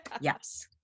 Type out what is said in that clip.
Yes